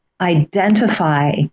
identify